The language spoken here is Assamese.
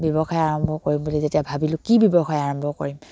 ব্যৱসায় আৰম্ভ কৰিম বুলি যেতিয়া ভাবিলোঁ কি ব্যৱসায় আৰম্ভ কৰিম